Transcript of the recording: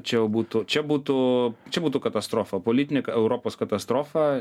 čia jau būtų čia būtų čia būtų katastrofa politinė europos katastrofa